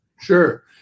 Sure